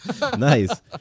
Nice